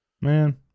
Man